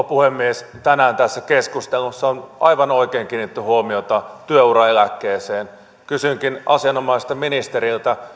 puhemies tänään tässä keskustelussa on aivan oikein kiinnitetty huomiota työuraeläkkeeseen kysynkin asian omaiselta ministeriltä